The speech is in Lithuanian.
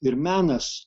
ir menas